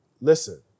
listen